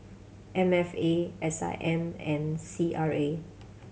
M F A S I M and C R A